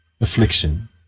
affliction